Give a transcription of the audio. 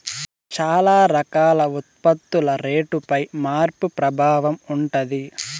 చాలా రకాల ఉత్పత్తుల రేటుపై మార్పు ప్రభావం ఉంటది